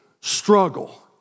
struggle